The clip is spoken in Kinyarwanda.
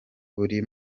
buri